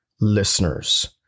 listeners